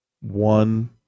one